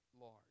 large